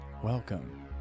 welcome